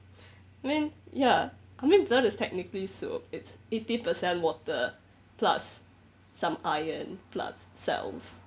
I mean ya I mean blood is technically soup it's eighty percent water plus some iron plus cells